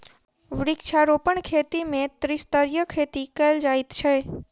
वृक्षारोपण खेती मे त्रिस्तरीय खेती कयल जाइत छै